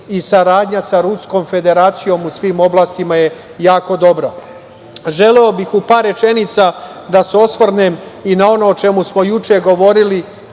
i saradnja sa Ruskom Federacijom u svim oblastima je jako dobra. Želeo bih u par rečenica da se osvrnem i na ono o čemu smo juče govorili,